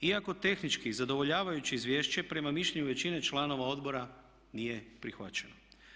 Iako tehnički zadovoljavajuće izvješće prema mišljenju većine članova odbora nije prihvaćeno.